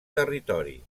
territori